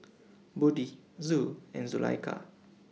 Budi Zul and Zulaikha